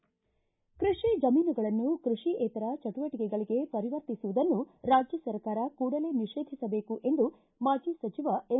ಕೃಷಿ ಜಮೀನುಗಳನ್ನು ಕೃಷಿಯೇತರ ಚಟುವಟಕೆಗಳಿಗೆ ಪರಿವರ್ತಿಸುವುದನ್ನು ರಾಜ್ಯ ಸರ್ಕಾರ ಕೂಡಲೇ ನಿಷೇಧಿಸಬೇಕು ಎಂದು ಮಾಜಿ ಸಚಿವ ಎಂ